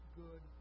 good